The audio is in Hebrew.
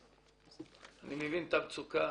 אני מבין את המצוקה.